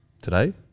today